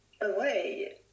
away